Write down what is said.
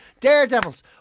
Daredevils